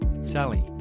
sally